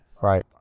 right